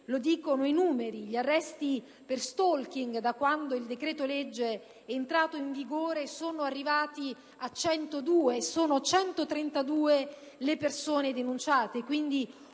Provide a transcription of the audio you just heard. dai numeri: gli arresti per*stalking* da quando il decreto‑legge è entrato in vigore sono arrivati a 102 e sono 132 le persone denunciate,